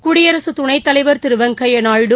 குடியரசு துணைத்தலைவர் திரு வெங்கைபா நாயுடு